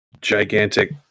gigantic